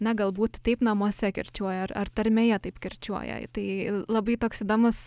na galbūt taip namuose kirčiuoja ar ar tarmėje taip kirčiuoja i tai labai toks įdomus